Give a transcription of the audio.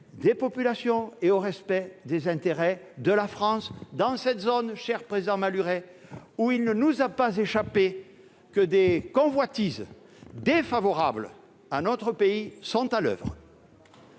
des populations et au respect des intérêts de la France, dans cette zone où, cher président Malhuret, il ne nous a pas échappé que des convoitises défavorables à notre pays sont à l'oeuvre.